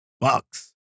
Bucks